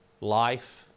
life